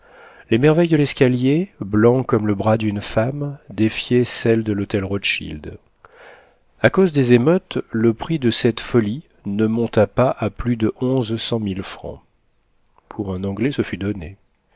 les merveilles de l'escalier blanc comme le bras d'une femme défiaient celles de l'hôtel rothschild a cause des émeutes le prix de cette folie ne monta pas à plus de onze cent mille francs pour un anglais ce fut donné